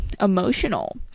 emotional